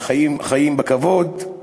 וחיים בכבוד.